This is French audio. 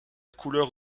couleur